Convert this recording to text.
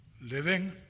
living